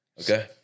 Okay